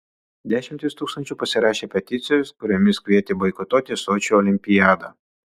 dešimtys tūkstančių pasirašė peticijas kuriomis kvietė boikotuoti sočio olimpiadą